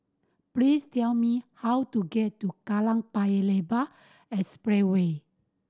please tell me how to get to Kallang Paya Lebar Expressway